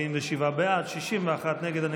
בעד, 61 נגד.